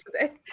today